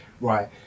right